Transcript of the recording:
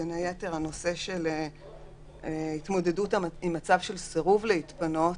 בין היתר הנושא של התמודדות עם מצב של סירוב להתפנות.